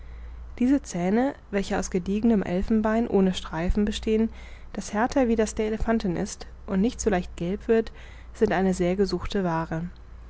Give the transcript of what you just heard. diese zähne welche aus gediegenem elfenbein ohne streifen bestehen das härter wie das der elephanten ist und nicht so leicht gelb wird sind eine sehr gesuchte waare